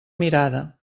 mirada